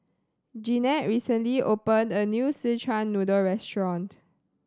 Jeannette recently opened a new Szechuan Noodle restaurant